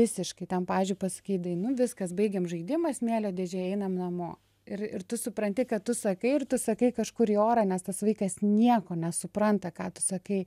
visiškai ten pavyzdžiui pasakai tai nu viskas baigiam žaidimą smėlio dėžėje einam namo ir ir tu supranti ką tu sakai ir tu sakai kažkur į orą nes tas vaikas nieko nesupranta ką tu sakai